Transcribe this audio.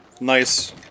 Nice